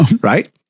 right